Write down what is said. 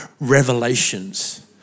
revelations